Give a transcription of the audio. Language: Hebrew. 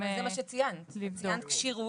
אבל זה מה שציינת, ציינת כשירות,